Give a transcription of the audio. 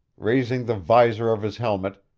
raising the visor of his helmet,